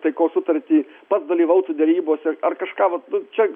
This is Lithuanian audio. taikos sutartį pats dalyvautų derybose ar kažką vat čia